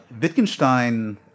Wittgenstein